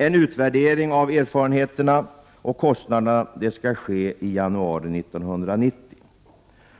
En utvärdering av erfarenheterna och kostnaderna skall ske i januari 1990.